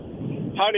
Howdy